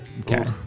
Okay